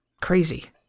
Crazy